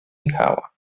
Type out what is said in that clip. michała